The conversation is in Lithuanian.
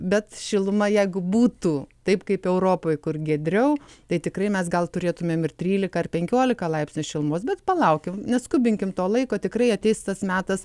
bet šiluma jeigu būtų taip kaip europoj kur giedriau tai tikrai mes gal turėtumėm ir trylika ar penkiolika laipsnių šilumos bet palaukim neskubinkim to laiko tikrai ateis tas metas